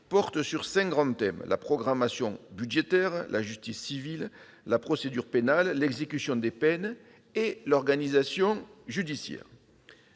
portent sur cinq grands thèmes : la programmation budgétaire, la justice civile, la procédure pénale, l'exécution des peines et l'organisation judiciaire.